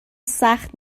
سخت